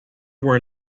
were